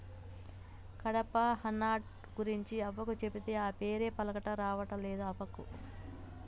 కడ్పాహ్నట్ గురించి అవ్వకు చెబితే, ఆ పేరే పల్కరావట్లే అవ్వకు